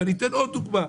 אני אתן עוד דוגמה.